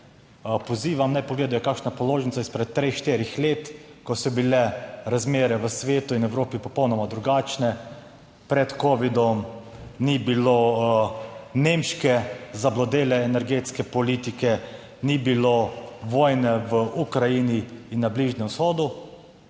pozivam, naj pogledajo, kakšno položnico izpred treh, štirih let, ko so bile razmere v svetu in v Evropi popolnoma drugačne. Pred covidom ni bilo nemške zablodele energetske politike, ni bilo vojne v Ukrajini in na Bližnjem vzhodu